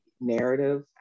narrative